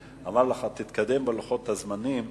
הוא אמר לך: תתקדם בלוחות הזמנים כדי שתסיים.